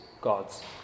God's